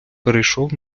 перейшов